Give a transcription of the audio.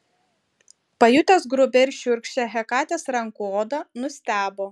pajutęs grubią ir šiurkščią hekatės rankų odą nustebo